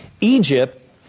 egypt